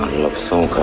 looks so